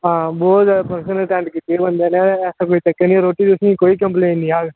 हां बोह्त ज्यादा फंक्शन अटेंड कीते बंदे नै ऐसा कोई चक्कर नी ऐ रोटी तुसेंगी कोई कम्प्लेन नी आग